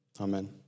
Amen